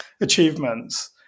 achievements